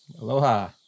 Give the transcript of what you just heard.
Aloha